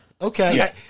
okay